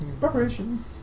Preparation